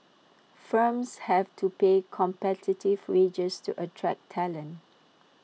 firms have to pay competitive wages to attract talent